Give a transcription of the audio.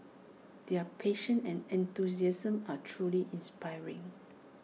their passion and enthusiasm are truly inspiring